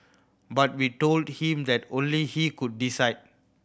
but we told him that only he could decide